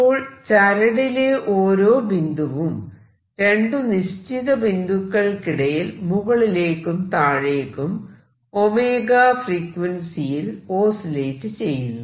അപ്പോൾ ചരടിലെ ഓരോ ബിന്ദുവും രണ്ടു നിശ്ചിത ബിന്ദുക്കൾക്കിടയിൽ മുകളിലേക്കും താഴേക്കും ⍵ ഫ്രീക്വൻസിയിൽ ഓസിലേറ്റ് ചെയ്യുന്നു